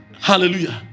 Hallelujah